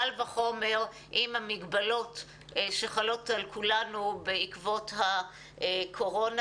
קל וחומר עם המגבלות שחלות על כולנו בעקבות הקורונה.